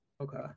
Okay